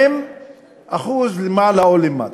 עם אחוז למעלה או למטה.